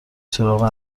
سراغ